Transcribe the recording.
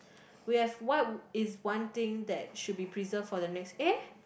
we have what would is one thing that should be preserved for the next eh